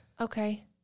Okay